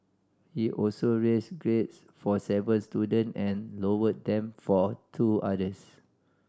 he also raised grades for seven student and lowered them for two others